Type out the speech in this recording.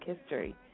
history